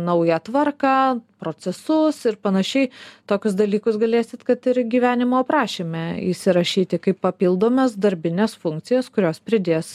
naują tvarką procesus ir panašiai tokius dalykus galėsit kad ir gyvenimo aprašyme įsirašyti kaip papildomas darbines funkcijas kurios pridės